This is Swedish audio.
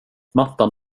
mattan